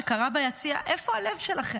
שקרה ביציע: איפה הלב שלכם?